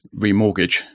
remortgage